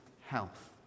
health